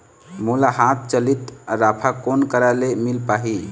मोला हाथ चलित राफा कोन करा ले मिल पाही?